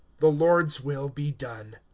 the lord's will be done!